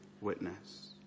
witness